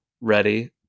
ready